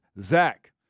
Zach